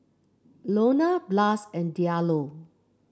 Ilona Blas and Diallo